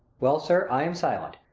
well, sir, i am silent.